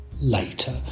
Later